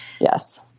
Yes